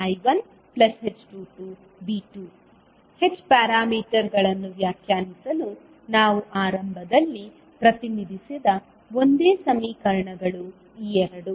H ಪ್ಯಾರಾಮೀಟರ್ಗಳನ್ನು ವ್ಯಾಖ್ಯಾನಿಸಲು ನಾವು ಆರಂಭದಲ್ಲಿ ಪ್ರತಿನಿಧಿಸಿದ ಒಂದೇ ಸಮೀಕರಣಗಳು ಈ ಎರಡು